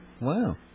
Wow